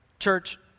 Church